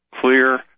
clear